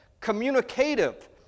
communicative